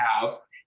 house